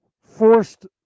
forced